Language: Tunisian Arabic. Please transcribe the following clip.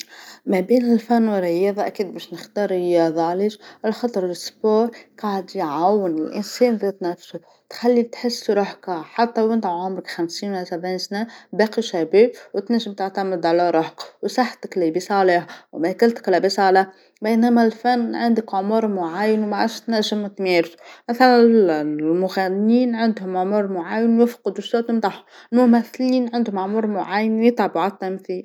ما بين الفن والرياضه أكيد باش نختار الرياضه، علاش، علاخاطر الرياضه قاعد يعاون الإنسان ضد نفسو، تخليك تحس روحك حتى ونتا عمرك خمسين ولا سبعين سنه باقي شباب وتنجم تعتمد على روحك، وصحتك لاباس عليها وماكلتك لاباس عليها، بينما الفن عندك عمر معين وما عادش تنجم تمارسو مثلا الم- المغنيين عندهم عمر معين ويفقدو الصوت متاعهم، الممثلين عندهم عمر معين ويتعبو عالتمثيل.